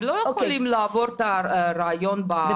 הם לא יכולים לעבור את הריאיון, נגיד בקנדה.